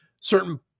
certain